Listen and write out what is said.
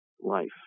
life